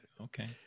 Okay